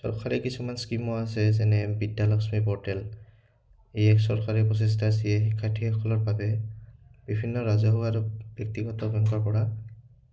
চৰকাৰী কিছুমান স্কিমো আছে যেনে বিদ্যালক্ষ্মী পৰ্টেল ই এক চৰকাৰী প্ৰচেষ্টা যিয়ে শিক্ষাৰ্থীসকলৰ বাবে বিভিন্ন ৰাজহুৱা আৰু ব্যক্তিগত বেংকৰপৰা